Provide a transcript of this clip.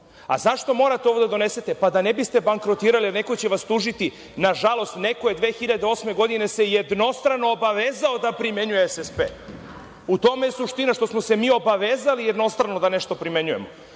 Zašto morate ovo da donesete? Da ne biste bankrotirali, neko će vas tužiti. Nažalost, neko se 2008. godine jednostrano obavezao da primenjuje SSP. U tome je suština. Mi smo se obavezali jednostrano da nešto primenjujemo.